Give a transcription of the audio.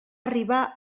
arribar